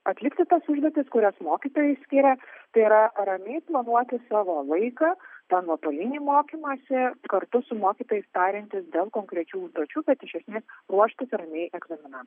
atlikti tas užduotis kurias mokytojai skiria tai yra ramiai planuoti savo laiką tą nuotolinį mokymąsi kartu su mokytojais tariantis dėl konkrečių užduočių bet iš esmės ruoštis ramiai egzaminam